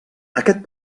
aquest